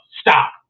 stop